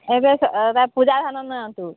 ଏବେ ପୂଜା ଧାନ ନିଅନ୍ତୁ